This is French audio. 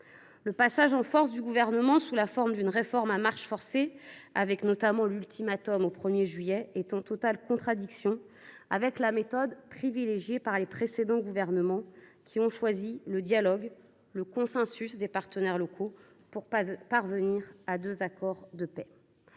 Le passage en force du Gouvernement sous la forme d’une réforme à marche forcée, avec notamment un ultimatum au 1 juillet, est en totale contradiction avec la méthode privilégiée par les précédents gouvernements, qui ont choisi le dialogue et le consensus auprès des partenaires locaux pour parvenir à deux accords de paix.